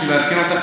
בשביל לעדכן אותך,